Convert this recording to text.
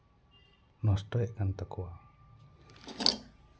ᱱᱚᱥᱴᱚᱭᱮᱫ ᱠᱟᱱ ᱛᱟᱠᱚᱣᱟ